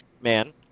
man